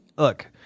Look